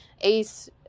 ace